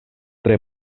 tre